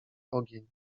ogień